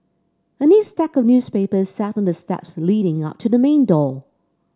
a neat stack of newspapers sat on the steps leading up to the main door